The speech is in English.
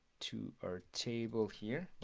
to our table here